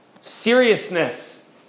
seriousness